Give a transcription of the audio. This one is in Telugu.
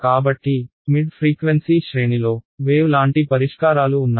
కాబట్టి మిడ్ ఫ్రీక్వెన్సీ శ్రేణిలో వేవ్ లాంటి పరిష్కారాలు ఉన్నాయి